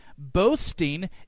Boasting